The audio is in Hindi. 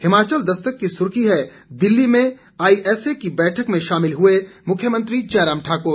हिमाचल दस्तक की सुर्खी है दिल्ली में आईएसए की बैठक में शामिल हुए मुख्यमंत्री जयराम ठाकुर